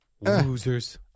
Losers